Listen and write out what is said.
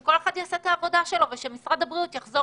שכל אחד יעשה את התפקיד שלו ושמשרד הבריאות יחזור